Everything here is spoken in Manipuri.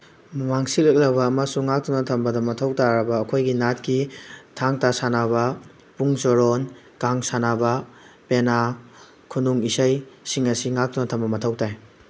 ꯃꯥꯡꯁꯤꯜꯂꯛꯂꯕ ꯑꯃꯁꯨꯡ ꯉꯥꯛꯇꯨꯅ ꯊꯝꯕꯗ ꯃꯊꯧ ꯇꯥꯔꯕ ꯑꯩꯈꯣꯏꯒꯤ ꯅꯥꯠꯀꯤ ꯊꯥꯡ ꯇꯥ ꯁꯥꯟꯅꯕ ꯄꯨꯡ ꯆꯣꯔꯣꯟ ꯀꯥꯡ ꯁꯥꯟꯅꯕ ꯄꯦꯅꯥ ꯈꯨꯅꯨꯡ ꯏꯁꯩꯁꯤꯡ ꯑꯁꯤ ꯉꯥꯛꯇꯨꯅ ꯊꯝꯕ ꯃꯊꯧ ꯇꯥꯏ